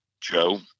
Joe